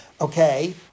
okay